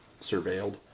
surveilled